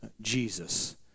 Jesus